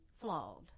flawed